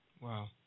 Wow